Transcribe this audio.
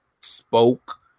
spoke